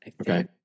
Okay